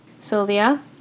Sylvia